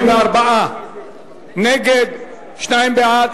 74 נגד, שניים בעד.